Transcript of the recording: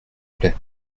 plaît